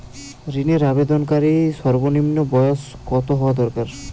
ঋণের আবেদনকারী সর্বনিন্ম বয়স কতো হওয়া দরকার?